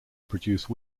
produce